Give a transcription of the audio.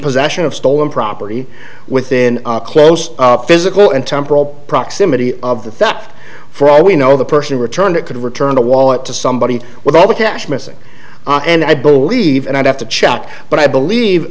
possession of stolen property within a close up physical and temporal proximity of the theft for all we know the person returned it could return the wallet to somebody with all the cash missing and i believe and i'd have to check but i believe